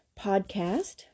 podcast